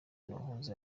wahoze